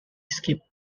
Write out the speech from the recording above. skipped